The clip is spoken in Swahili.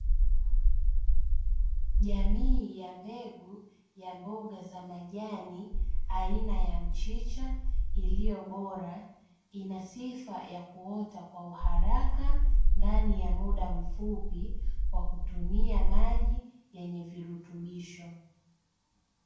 Jamii ya mbegu ya mboga za majani aina ya mchicha iliyo bora ina sifa ya kuota kwa uharaka ndani ya muda mfupi, kwa kutumia maji yenye virutubisho.